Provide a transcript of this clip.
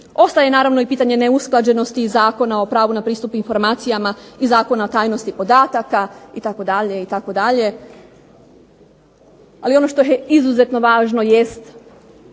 Ostaje naravno i pitanje neusklađenosti Zakona o pravu na pristup informacijama i Zakona o tajnosti podataka, itd., itd. Ali ono što je izuzetno važno jest